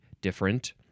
different